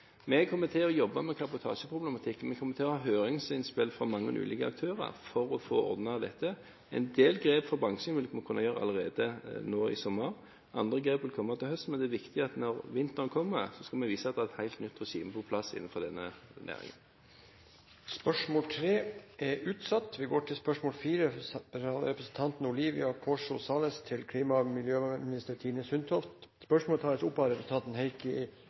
jobbe med kabotasjeproblematikken, og vi kommer til å ha høringsinnspill fra mange ulike aktører for å få ordnet dette. En del grep for bransjen vil man kunne ta allerede nå i sommer, andre grep vil komme til høsten. Det er viktig at når vinteren kommer, skal vi vise at det er et helt nytt regime på plass innenfor denne næringen. Dette spørsmålet er utsatt, da utenriksministeren er bortreist. Dette spørsmålet, fra Olivia Corso Salles til klima- og miljøministeren, vil bli tatt opp av representanten Heikki